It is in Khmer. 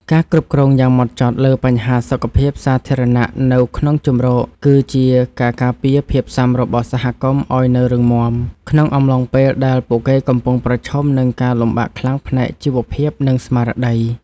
ការគ្រប់គ្រងយ៉ាងម៉ត់ចត់លើបញ្ហាសុខភាពសាធារណៈនៅក្នុងជម្រក គឺជាការការពារភាពស៊ាំរបស់សហគមន៍ឱ្យនៅរឹងមាំ ក្នុងអំឡុងពេលដែលពួកគេកំពុងប្រឈមនឹងការលំបាកខ្លាំងផ្នែកជីវភាព និងស្មារតី។